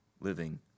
living